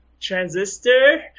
transistor